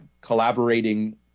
collaborating